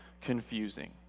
confusing